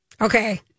Okay